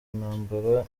ntambara